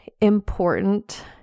important